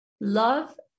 love